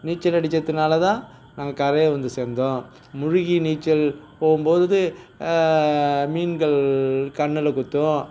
நீச்சல் அடிச்சதுனால தான் நாங்கள் கரையை வந்து சேர்ந்தோம் முழுகி நீச்சல் போகும்போது மீன்கள் கண்ணில் குத்தும்